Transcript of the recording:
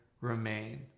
remain